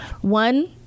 One